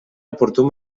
oportú